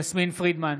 יסמין פרידמן,